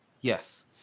Yes